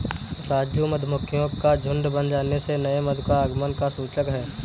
राजू मधुमक्खियों का झुंड बन जाने से नए मधु का आगमन का सूचक है